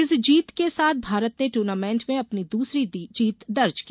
इस जीत के साथ भारत ने टूर्नामेंट में अपनी दूसरी जीत दर्ज की